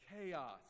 Chaos